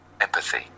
empathy